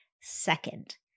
second